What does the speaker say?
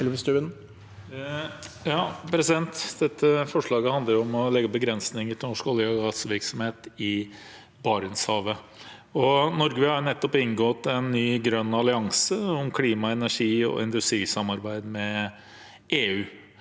representant- forslaget handler om å legge begrensninger på norsk olje- og gassvirksomhet i Barentshavet. Norge har nettopp inngått en ny grønn allianse om klima, energi og industrisamarbeid med EU.